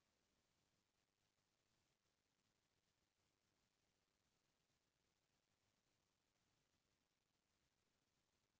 दुरघटना बीमा म जेन पइसा पटाए जाथे अउ दुरघटना नइ होवय त ओ पइसा ल फेर बीमा कंपनी ह वापिस नइ करय